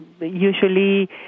Usually